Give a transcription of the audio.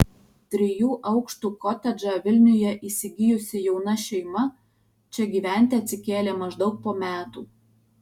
trijų aukštų kotedžą vilniuje įsigijusi jauna šeima čia gyventi atsikėlė maždaug po metų